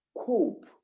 cope